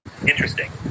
interesting